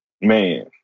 Man